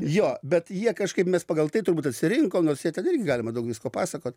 jo bet jie kažkaip mes pagal tai turbūt atsirinkom nors jie ten irgi galima daug visko pasakot